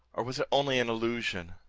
or was it only an illusion?